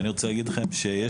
אני רוצה להגיד לכם תודה.